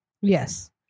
Yes